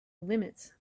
limits